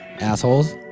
assholes